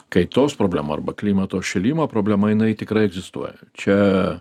kaitos problema arba klimato šilimo problema jinai tikrai egzistuoja čia